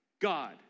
God